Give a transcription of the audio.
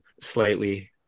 slightly